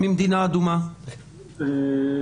לא נתקלנו בבקשה כזו,